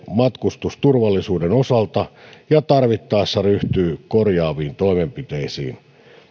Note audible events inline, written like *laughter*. matkustusturvallisuuden osalta *unintelligible* *unintelligible* *unintelligible* *unintelligible* ja tarvittaessa ryhtyy korjaaviin toimenpiteisiin